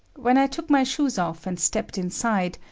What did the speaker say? when i took my shoes off and stepped inside,